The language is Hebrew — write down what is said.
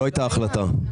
לא הייתה החלטה.